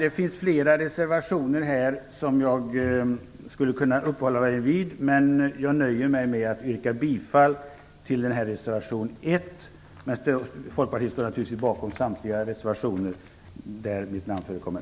Det finns flera reservationer som jag skulle kunna uppehålla mig vid, men jag nöjer mig med att yrka bifall till reservation 1. Folkpartiet står naturligtvis bakom samtliga reservationer där folkpartistiska namn förekommer.